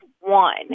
one